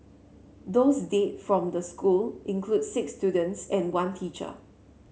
those dead from the school include six students and one teacher